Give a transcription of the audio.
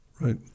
Right